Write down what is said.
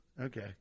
Okay